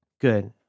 good